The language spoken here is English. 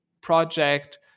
project